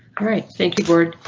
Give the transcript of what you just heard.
alright, thank you lord.